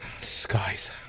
Skies